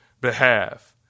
behalf